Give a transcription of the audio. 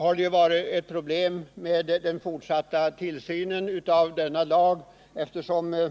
Ett annat problem har varit den fortsatta tillsynen av denna lag, eftersom